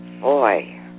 Boy